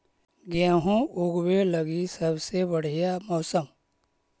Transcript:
गेहूँ ऊगवे लगी सबसे बढ़िया मौसम?